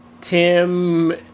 Tim